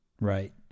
right